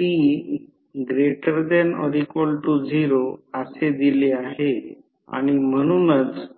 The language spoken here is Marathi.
t≥0 असे दिले आहे आणि म्हणूनच ते 1 आहे